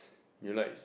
you like